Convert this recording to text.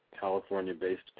California-based